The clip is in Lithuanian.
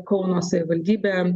kauno savivaldybė